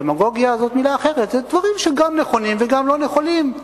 דמגוגיה זאת מלה אחרת: זה דברים שגם נכונים וגם לא נכונים,